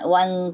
one